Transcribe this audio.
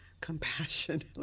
compassion